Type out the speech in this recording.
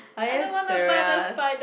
are you serious